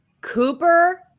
Cooper